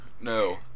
No